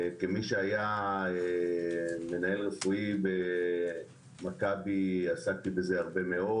כמי שהיה מנהל רפואי במכבי, עסקתי בזה הרבה מאוד.